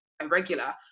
irregular